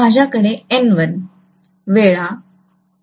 माझ्याकडे N1 वेळा Im असणे आवश्यक आहे